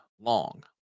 long